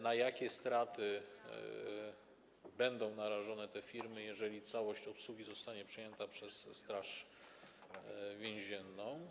Na jakie straty będą narażone te firmy, jeżeli całość obsługi zostanie przejęta przez Służbę Więzienną?